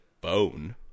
bone